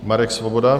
Marek Svoboda.